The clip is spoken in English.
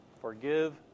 forgive